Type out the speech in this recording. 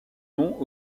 noms